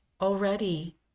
already